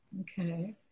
Okay